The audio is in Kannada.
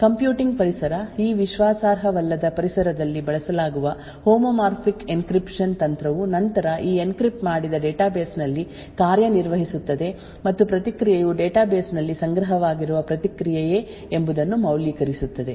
ಕಂಪ್ಯೂಟಿಂಗ್ ಪರಿಸರ ಈ ವಿಶ್ವಾಸಾರ್ಹವಲ್ಲದ ಪರಿಸರದಲ್ಲಿ ಬಳಸಲಾಗುವ ಹೋಮೋಮಾರ್ಫಿಕ್ ಎನ್ಕ್ರಿಪ್ಶನ್ ತಂತ್ರವು ನಂತರ ಈ ಎನ್ಕ್ರಿಪ್ಟ್ ಮಾಡಿದ ಡೇಟಾಬೇಸ್ ನಲ್ಲಿ ಕಾರ್ಯನಿರ್ವಹಿಸುತ್ತದೆ ಮತ್ತು ಪ್ರತಿಕ್ರಿಯೆಯು ಡೇಟಾಬೇಸ್ ನಲ್ಲಿ ಸಂಗ್ರಹವಾಗಿರುವ ಪ್ರತಿಕ್ರಿಯೆಯೇ ಎಂಬುದನ್ನು ಮೌಲ್ಯೀಕರಿಸುತ್ತದೆ